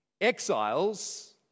exiles